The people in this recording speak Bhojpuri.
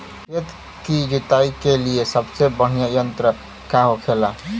खेत की जुताई के लिए सबसे बढ़ियां यंत्र का होखेला?